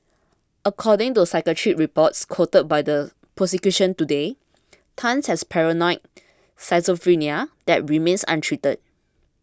according to psychiatric reports quoted by the prosecution today Tan has paranoid schizophrenia that remains untreated